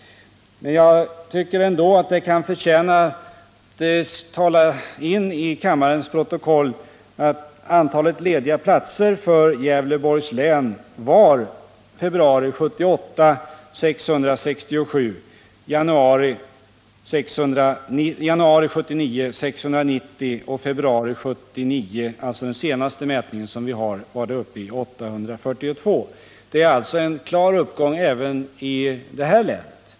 Men jag tycker det förtjänar att tas in i kammarens protokoll att antalet lediga platser där var 667 i februari 1978, 690 i januari 1979 och 842 i februari 1979, som är den senaste mätningen. Det är alltså en klar uppgång även detta län.